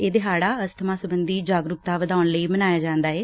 ਇਹ ਦਿਹਾੜਾ ਅਸਥਮਾ ਸਬੰਧੀ ਜਾਗਰੁਕਤਾ ਵਧਾਉਣ ਲਈ ਮਨਾਇਆ ਜਾਂਦੈ